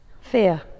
Fear